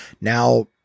Now